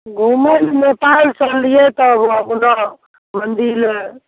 घूमए लऽ नेपाल चललियै तऽ ओनऽ मंदिल